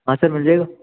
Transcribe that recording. हाँ सर मिल जाएगा